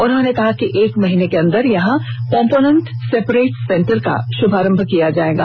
उन्होंने कहा कि एक माहीने के अंदर यहां कम्पोनेंट सेपरेट सेंटर का श्भारम्भ किया जाएगा